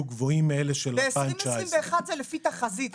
גבוהים מאלה של 2019. ב-2021 זה לפי תחזית.